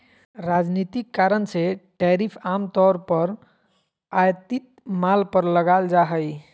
राजनीतिक कारण से टैरिफ आम तौर पर आयातित माल पर लगाल जा हइ